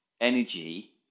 energy